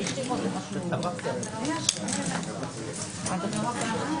הישיבה ננעלה